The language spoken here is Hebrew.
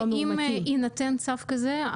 ואם יינתן צו כזה,